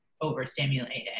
overstimulated